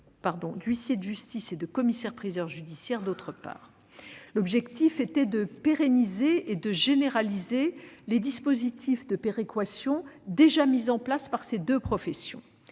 d'huissier de justice et de commissaire-priseur judiciaire, d'autre part. Il s'agissait de pérenniser et de généraliser les dispositifs de péréquation déjà mis en place par ces deux professions,